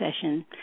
session